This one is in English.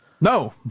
No